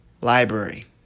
Library